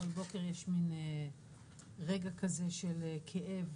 בכל בוקר יש מין רגע כזה של כאב